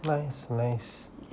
nice nice